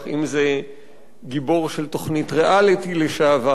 אם זה גיבור של תוכנית ריאליטי לשעבר,